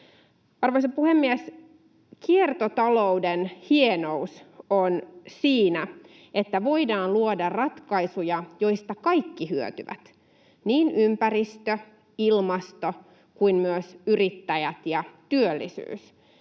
Arvoisa puhemies! Kiertotalouden hienous on siinä, että voidaan luoda ratkaisuja, joista kaikki hyötyvät, niin ympäristö, ilmasto kuin myös yrittäjät ja työllisyys.